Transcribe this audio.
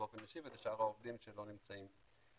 באופן אישי ולשאר העובדים שלא נמצאים כעת.